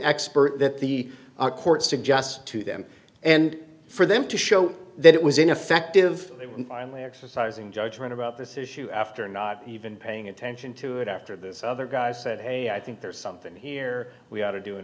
expert that the court suggests to them and for them to show that it was ineffective and finally exercising judgment about this issue after not even paying attention to it after this other guy said hey i think there's something here we ought to do an